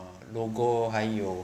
logo 还有